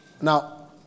Now